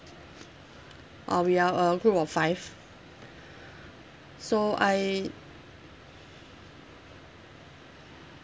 uh we are a group of five so I